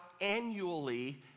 annually